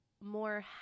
more